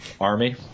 Army